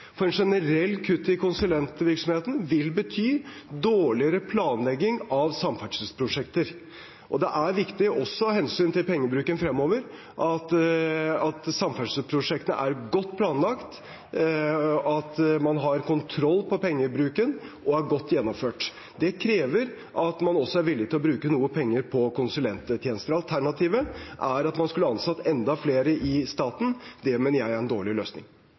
kutt i konsulentvirksomheten vil bety dårligere planlegging av samferdselsprosjekter. Det er viktig også av hensyn til pengebruken fremover at samferdselsprosjekter er godt planlagt, at man har kontroll på pengebruken, og at de er godt gjennomført. Det krever at man er villig til å bruke noe penger på konsulenttjenester. Alternativet er å ansette enda flere i staten. Det mener jeg er en dårlig løsning.